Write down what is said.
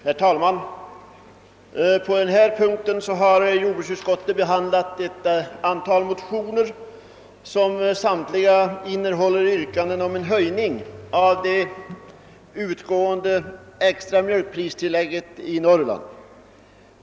Herr talman! Under punkten 13 har jordbruksutskottet behandlat ett antal motioner som samtliga innehåller yrkanden om en höjning av det utgående extra mjölkpristillägget i Norrland med 25 procent.